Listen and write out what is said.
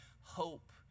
hope